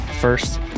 First